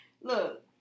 Look